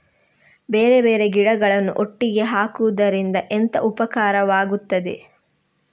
ಬೇರೆ ಬೇರೆ ಗಿಡಗಳು ಒಟ್ಟಿಗೆ ಹಾಕುದರಿಂದ ಎಂತ ಉಪಕಾರವಾಗುತ್ತದೆ?